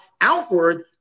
outward